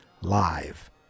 live